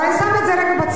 אבל אני שמה את זה בצד,